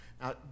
Now